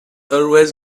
always